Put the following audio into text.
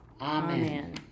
Amen